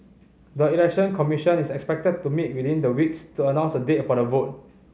the Election Commission is expected to meet within the weeks to announce a date for the vote